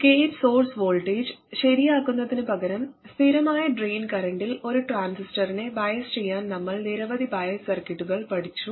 gate source voltage ശരിയാക്കുന്നതിനുപകരം സ്ഥിരമായ drain കറന്റിൽ ഒരു ട്രാൻസിസ്റ്ററിനെ ബയാസ് ചെയ്യാൻ നമ്മൾ നിരവധി ബയാസ് സർക്യൂട്ടുകൾ പഠിച്ചു